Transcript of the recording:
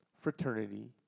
fraternity